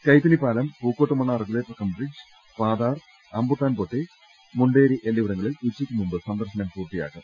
കൈപ്പിനി പാലം Pookkottumanna regulator cum bridge Pathar Ambuttanpotti Munderi എന്നിവിടങ്ങളിൽ ഉച്ചക്ക് മുമ്പ് സന്ദർശനം പൂർത്തിയാക്കും